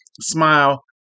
smile